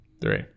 Three